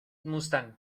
mustang